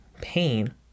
pain